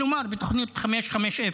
כלומר, בתוכנית 550,